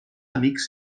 amics